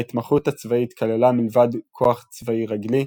ההתמחות הצבאית כללה מלבד כוח צבאי רגלי,